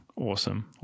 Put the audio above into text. Awesome